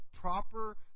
proper